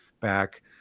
back